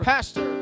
Pastor